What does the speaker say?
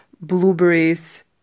blueberries